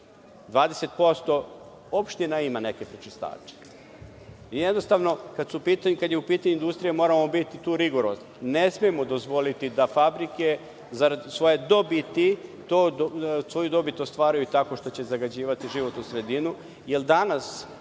20% opština ima neke prečistače. Kada je u pitanju industrija tu moramo biti rigorozni. Ne smemo dozvoliti da fabrike zarad svoje dobiti, svoju dobit ostvaruju tako što će zagađivati životnu sredinu, jer danas